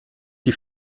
die